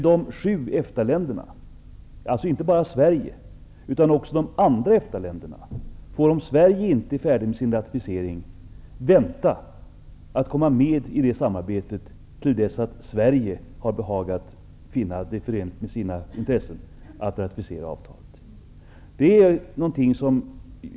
De sju EFTA-länderna - inte bara Sverige, utan även de andra EFTA-länderna - får vänta med att komma med i samarbetet tills Sverige har funnit det förenligt med sina intressen att ratificera avtalet.